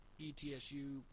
ETSU